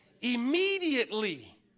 Immediately